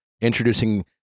introducing